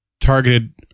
targeted